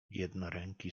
jednoręki